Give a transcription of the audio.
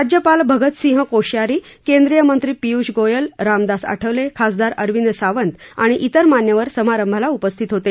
राज्यपाल भगतसिंह कोश्यारी केंद्रीय मंत्री पीय्ष गोयल रामदास आठवले खासदार अरविंद सावंत आणि इतर मान्यवर समारंभात उपस्थित होते